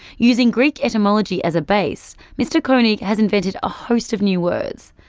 using greek etymology as a base, mr koenig has invented a host of new words.